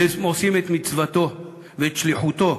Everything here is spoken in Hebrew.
והם עושים את מצוותו ואת שליחותו: